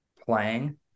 playing